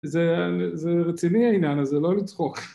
‫זה רציני העניין הזה, לא לצחוק.